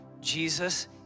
Jesus